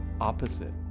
opposite